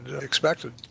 expected